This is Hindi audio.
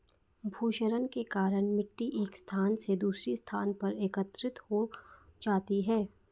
भूक्षरण के कारण मिटटी एक स्थान से दूसरे स्थान पर एकत्रित हो जाती है